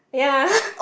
ya